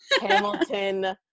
hamilton